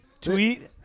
Tweet